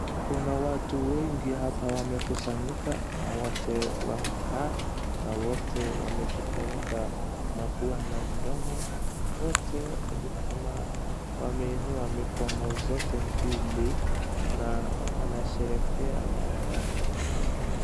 Kuna watu wengi hapa wamekusanyika na wote wamekaa, na wote wamejifunika mapua na mdomo, wote ni kama wameinua mikono zote mbili na wanasherehekea ama wana...